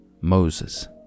Moses